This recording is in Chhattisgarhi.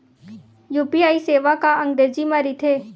यू.पी.आई सेवा का अंग्रेजी मा रहीथे?